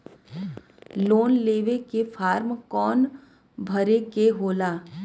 Loan लेवे के form कौन भरे के होला?